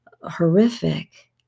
horrific